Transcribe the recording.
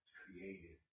created